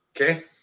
Okay